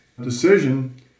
decision